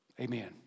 Amen